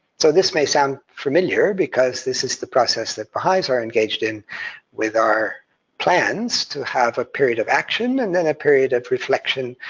so this may sound familiar, because this is the process that baha'is are engaged in with our plans to have a period of action, and then a period of reflection,